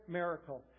miracle